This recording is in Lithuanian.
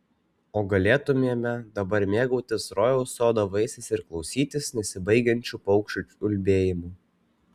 o galėtumėme dabar mėgautis rojaus sodo vaisiais ir klausytis nesibaigiančių paukščių ulbėjimų